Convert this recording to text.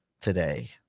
today